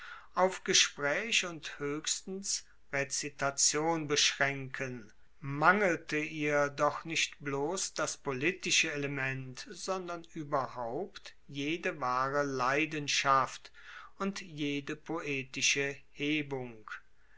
auf gespraech und hoechstens rezitation beschraenken mangelte ihr doch nicht bloss das politische element sondern ueberhaupt jede wahre leidenschaft und jede poetische hebung